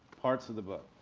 parts of the book.